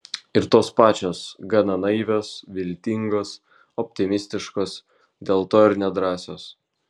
ir tos pačios gana naivios viltingos optimistiškos dėl to ir nedrąsios